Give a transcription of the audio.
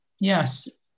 yes